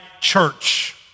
church